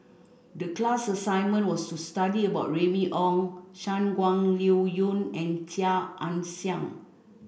the class assignment was to study about Remy Ong Shangguan Liuyun and Chia Ann Siang